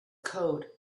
code